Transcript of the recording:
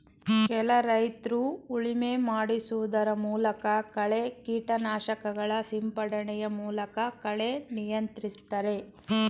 ಕೆಲ ರೈತ್ರು ಉಳುಮೆ ಮಾಡಿಸುವುದರ ಮೂಲಕ, ಕಳೆ ಕೀಟನಾಶಕಗಳ ಸಿಂಪಡಣೆಯ ಮೂಲಕ ಕಳೆ ನಿಯಂತ್ರಿಸ್ತರೆ